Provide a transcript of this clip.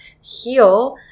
heal